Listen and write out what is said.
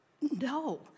No